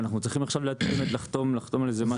ואנחנו צריכים עכשיו לחתום על איזה משהו.